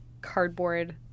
cardboard